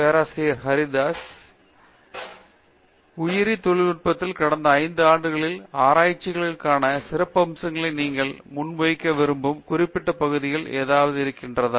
பேராசிரியர் பிரதாப் ஹரிடாஸ் சரி உயிரித் தொழில்நுட்பத்தில் கடந்த 5 ஆண்டுகளில் ஆராய்ச்சிக்கான சிறப்பம்சங்களை நீங்கள் முன்வைக்க விரும்பும் குறிப்பிட்ட பகுதிகள் ஏதாவது இருக்கிறதா